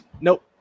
Nope